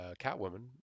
catwoman